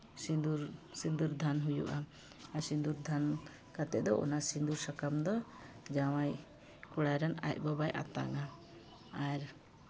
ᱥᱤᱸᱫᱩᱨ ᱥᱤᱸᱫᱩᱨ ᱫᱟᱱ ᱦᱩᱭᱩᱜᱼᱟ ᱟᱨ ᱥᱤᱸᱫᱩᱨ ᱫᱟᱱ ᱠᱟᱛᱮᱫ ᱫᱚ ᱚᱱᱟ ᱥᱤᱸᱫᱩᱨ ᱥᱟᱠᱟᱢ ᱫᱚ ᱡᱟᱶᱟᱭ ᱠᱚᱲᱟᱨᱮᱱ ᱟᱡ ᱵᱟᱵᱟᱭ ᱟᱛᱟᱝᱟ ᱟᱨ